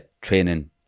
training